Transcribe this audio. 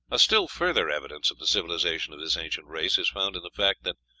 a still further evidence of the civilization of this ancient race is found in the fact that,